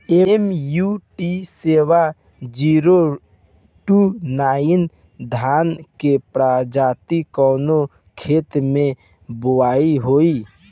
MUT seven zero two nine धान के प्रजाति कवने खेत मै बोआई होई?